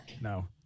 No